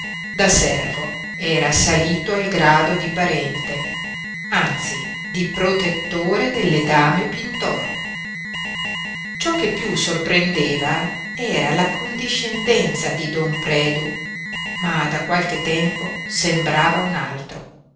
da servo era salito al grado di parente anzi di protettore delle dame pintor ciò che piú sorprendeva era l'accondiscendenza di don predu ma da qualche tempo sembrava un altro